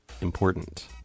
important